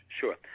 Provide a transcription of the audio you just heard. sure